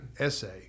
essay